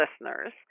listeners